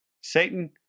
Satan